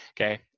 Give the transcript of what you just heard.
Okay